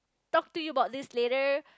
talk to you about this later